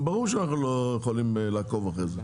ברור שאנחנו לא יכולים לעקוב אחרי זה.